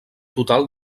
total